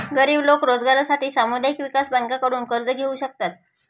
गरीब लोक रोजगारासाठी सामुदायिक विकास बँकांकडून कर्ज घेऊ शकतात